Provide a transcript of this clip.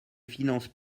finances